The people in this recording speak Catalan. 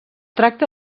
tracta